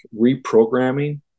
reprogramming